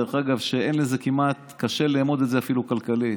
דרך אגב, קשה לאמוד את זה אפילו כלכלית.